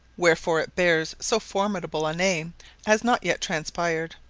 wherefore it bears so formidable a name has not yet transpired.